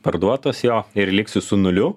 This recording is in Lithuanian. parduotos jo ir liksiu su nuliu